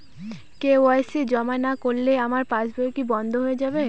KYC জমা না করলে আমার পাসবই কি বন্ধ হয়ে যাবে?